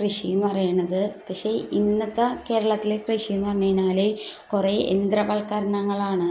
കൃഷിയെന്ന് പറയണത് പക്ഷേ ഇന്നത്തെ കേരളത്തിലെ കൃഷിയെന്ന് പറഞ്ഞു കഴിഞ്ഞാൽ കുറേ യന്ത്രവൽക്കരണങ്ങളാണ്